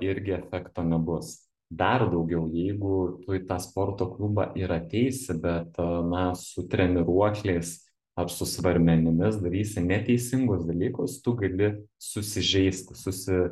irgi efekto nebus dar daugiau jeigu tu į tą sporto klubą ir ateisi bet na su treniruokliais ar su svarmenimis darysi neteisingus dalykus tu gali susižeisti susi